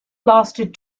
lasted